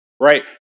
Right